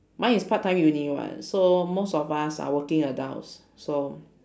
mine is part time uni [what] so most of us are working adults so